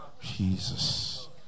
Jesus